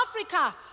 Africa